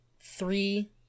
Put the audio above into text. Three